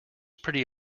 pretty